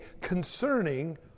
concerning